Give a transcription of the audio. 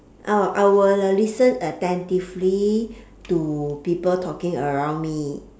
I will I will uh listen attentively to people talking around me